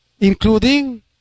Including